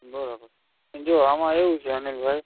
બરાબર જો આમાં એવું છે અનિલભાઈ